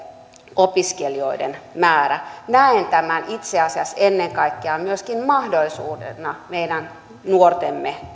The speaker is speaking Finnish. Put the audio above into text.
opiskelijoiden määrän näen tämän itse asiassa ennen kaikkea myöskin mahdollisuutena meidän nuortemme